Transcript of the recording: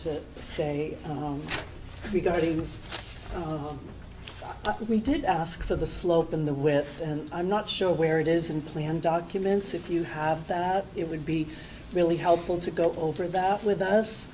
to say regarding oh we did ask for the slope in the with and i'm not sure where it is in plan documents if you have that it would be really helpful to go over that with us